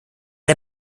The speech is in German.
der